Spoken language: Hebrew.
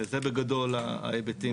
זה בגדול ההיבטים.